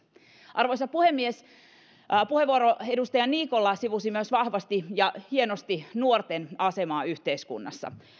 arvoisa puhemies edustaja niikon puheenvuoro sivusi myös vahvasti ja hienosti nuorten asemaa yhteiskunnassa